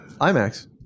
IMAX